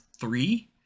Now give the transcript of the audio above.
three